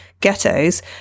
ghettos